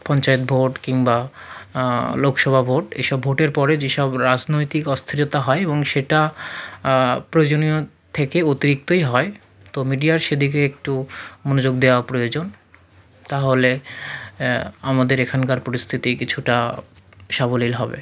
panchayat vote কিংবা Lok Sabha vote এই সব ভোটের পরে যেসব রাজনৈতিক অস্থিরতা হয় এবং সেটা প্রয়োজনীয় থেকে অতিরিক্তই হয় তো মিডিয়ার সেদিকে একটু মনোযোগ দেওয়া প্রয়োজন তাহলে আমাদের এখানকার পরিস্থিতি কিছুটা সাবলীল হবে